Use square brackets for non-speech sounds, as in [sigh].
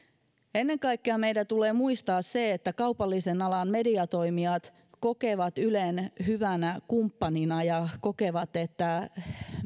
ennen kaikkea meidän tulee muistaa se että kaupallisen alan mediatoimijat kokevat ylen hyvänä kumppanina ja [unintelligible] kokevat että [unintelligible]